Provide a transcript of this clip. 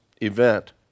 event